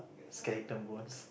skeleton bones